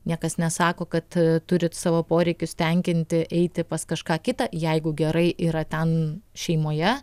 niekas nesako kad turit savo poreikius tenkinti eiti pas kažką kitą jeigu gerai yra ten šeimoje